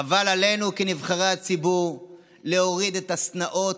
אבל עלינו כנבחרי הציבור להוריד את השנאות,